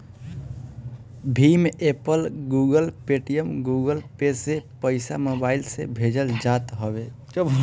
Bhim app, Google, Paytm, Google Pay से पईसा mobile से भेजल जात हवे